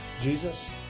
Jesus